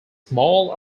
small